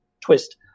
twist